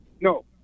No